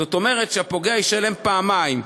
זאת אומרת שהפוגע ישלם פעמיים,